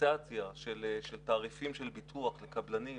דיפרנציאציה של תעריפים של ביטוח לקבלנים.